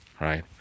right